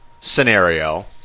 scenario